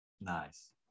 Nice